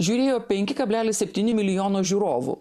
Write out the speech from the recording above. žiūrėjo penki kablelis septyni milijono žiūrovų